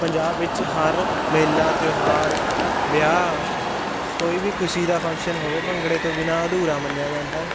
ਪੰਜਾਬ ਵਿੱਚ ਹਰ ਮੇਲਾ ਤਿਉਹਾਰ ਵਿਆਹ ਕੋਈ ਵੀ ਖੁਸ਼ੀ ਦਾ ਫੰਕਸ਼ਨ ਹੋਵੇ ਭੰਗੜੇ ਤੋਂ ਬਿਨਾ ਅਧੂਰਾ ਮੰਨਿਆ ਜਾਂਦਾ